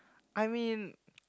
I mean